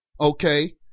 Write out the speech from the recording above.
Okay